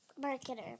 marketer